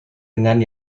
dengan